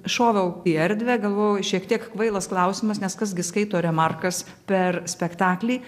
šoviau į erdvę galvojau šiek tiek kvailas klausimas nes kas gi skaito remarkas per spektaklį